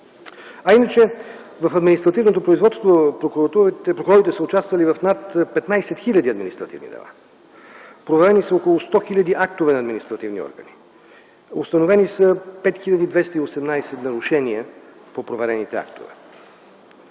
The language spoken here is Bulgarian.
Иначе в административното производство прокурорите са участвали в над 15 000 административни дела. Проверени са около 100 000 актове на административни органи. Установени са 5 218 нарушения по проверените актове.